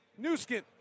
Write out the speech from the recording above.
Newskin